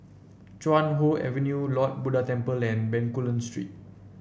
Chuan Hoe Avenue Lord Buddha Temple and Bencoolen Street